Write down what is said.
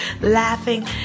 laughing